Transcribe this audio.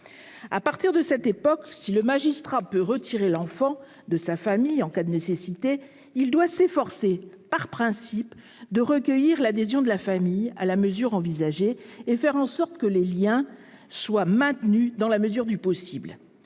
À partir de cette époque, si le magistrat peut retirer l'enfant de sa famille en cas de nécessité, il doit s'efforcer, par principe, de recueillir l'adhésion de la famille à la mesure envisagée et faire en sorte que les liens soient maintenus dans la mesure du possible.